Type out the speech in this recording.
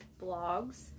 blogs